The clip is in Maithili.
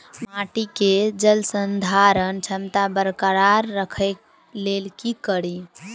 माटि केँ जलसंधारण क्षमता बरकरार राखै लेल की कड़ी?